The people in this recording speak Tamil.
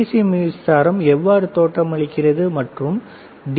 சி மின்சாரம் எவ்வாறு தோற்றமளிக்கிறது மற்றும் டி